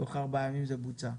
תוך ארבעה ימים זה בוצע.